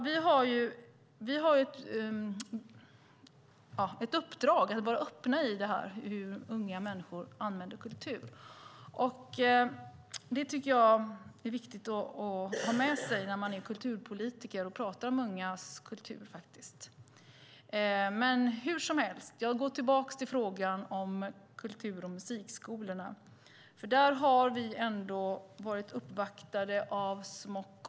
Vi har ett uppdrag att vara öppna för hur unga människor använder kultur. Det är viktigt att ta med sig när man är kulturpolitiker och talar om ungas kultur. Hur som helst. Jag går tillbaka till frågan om kultur och musikskolorna. Där har vi ändå varit uppvaktade av Smok.